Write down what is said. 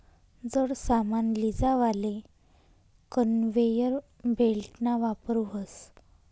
जड सामान लीजावाले कन्वेयर बेल्टना वापर व्हस